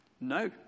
No